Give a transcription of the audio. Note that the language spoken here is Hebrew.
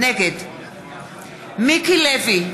נגד מיקי לוי,